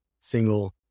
single